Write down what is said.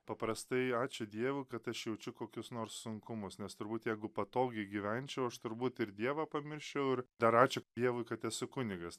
paprastai ačiū dievu kad aš jaučiu kokius nors sunkumus nes turbūt jeigu patogiai gyvenčiau aš turbūt ir dievą pamirščiau ir dar ačiū dievui kad esu kunigas